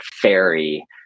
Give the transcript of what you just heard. fairy